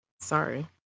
Sorry